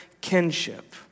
kinship